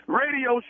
radio